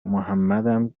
محمدم